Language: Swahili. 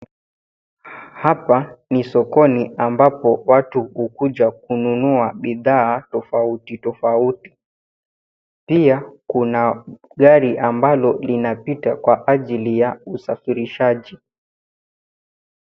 Hapa ni sokoni ambapo watu hukuja kununua bidhaa tofauti tofauti. Pia kuna gari ambalo linapita kwa ajili ya usafirishaji.